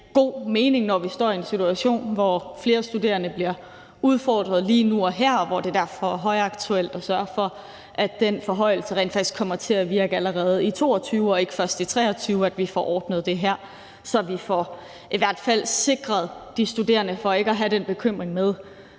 god mening, når vi står i en situation, hvor flere studerende bliver udfordret lige nu og her, og hvor det derfor er højaktuelt at sørge for, at den forhøjelse rent faktisk kommer til at virke allerede i 2022, og at det ikke først er i 2023, at vi får ordnet det her, så vi i hvert fald får sikret, at de studerende ikke i lige så høj grad